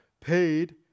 paid